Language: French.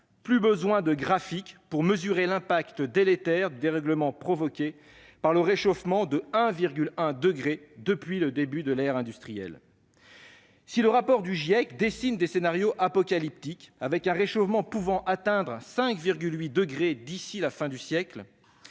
plus besoin de graphiques pour mesurer l'impact délétère du dérèglement provoqué par le réchauffement de 1,1 degré depuis le début de l'ère industrielle. Si le rapport du GIEC dessine des scénarios apocalyptiques, avec un réchauffement pouvant atteindre 5,8 degrés d'ici à la fin du siècle,